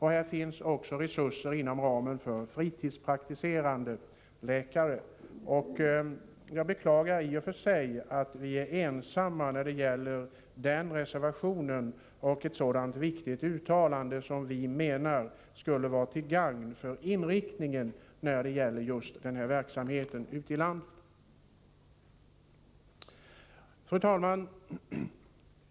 Här finns det också resurser att ta till vara hos fritidspraktiserande läkare. Jag beklagar i och för sig att vi är ensamma om denna reservation och ett sådant viktigt uttalande som vi menar skulle vara till gagn för just den här verksamhetens inriktning ute i landet. Fru talman!